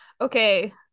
okay